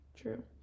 True